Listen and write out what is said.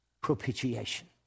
propitiation